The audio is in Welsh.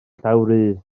llawrydd